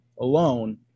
alone